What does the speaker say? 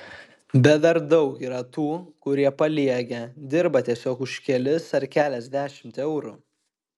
bet dar daug yra tų kurie paliegę dirba tiesiog už kelis ar keliasdešimt eurų